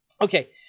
Okay